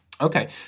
Okay